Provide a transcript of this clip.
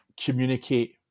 communicate